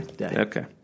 Okay